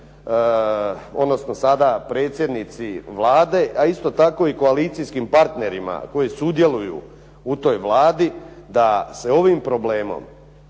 odnosno sada predsjednici Vlade a isto tako i koalicijskim partnerima koji sudjeluju u toj Vladi da se ovim problemom